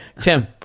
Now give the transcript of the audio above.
Tim